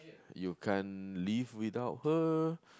you can't live without her